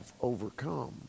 overcome